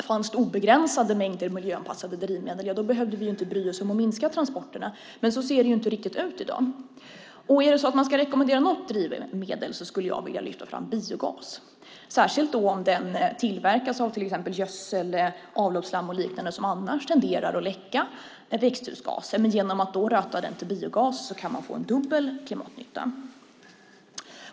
Fanns det obegränsade mängder miljöanpassade drivmedel behövde vi inte bry oss om att minska transporterna. Men så ser det inte riktigt ut i dag. Ska man rekommendera något drivmedel skulle jag vilja lyfta fram biogas, särskilt om den framställs av gödsel, avloppsslam och liknande som annars tenderar att läcka växthusgaser. Men genom att röta den till biogas kan man få en dubbel klimatnytta.